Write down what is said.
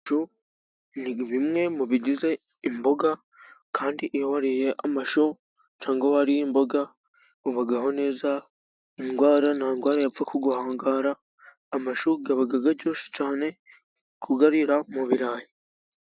Amashu ni bimwe mu bigize imboga， kandi iyo wariye amashu， cyangwa wariye imboga， ubaho neza， indwara， nta ndwara yapfa ku guhangara. Amashu aba aryoshye cyane，kuyarira mu birarayi.